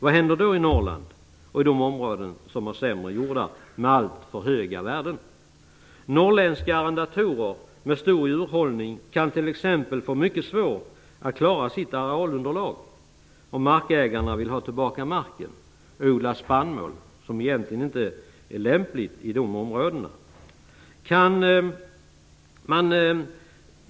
Vad händer då i Norrland och i de områden som har sämre jordar, vid alltför höga värden? Norrländska arrendatorer med stor djurhållning kan t.ex. få mycket svårt att klara sitt arealunderlag om markägarna vill ha tillbaka marken och odla spannmål, som egentligen inte är lämpligt i de områdena.